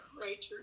right